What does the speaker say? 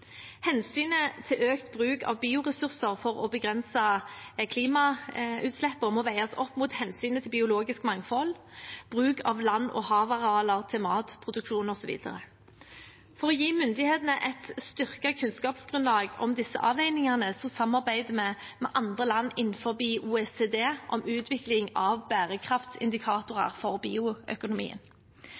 Hensynet til økt bruk av bioressurser for å begrense klimautslippene må veies opp mot hensynet til biologisk mangfold, bruk av land- og havarealer til matproduksjon osv. For å gi myndighetene et styrket kunnskapsgrunnlag om disse avveiningene samarbeider vi med andre land innenfor OECD om utvikling av bærekraftsindikatorer for bioøkonomien.